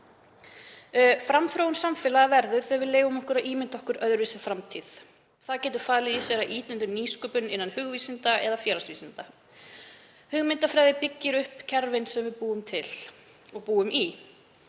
Framþróun samfélaga verður þegar við leyfum okkur að ímynda okkur öðruvísi framtíð. Það getur falið í sér að ýta undir nýsköpun innan hugvísinda eða félagsvísinda. Hugmyndafræðin byggir upp kerfin sem við búum til og búum í.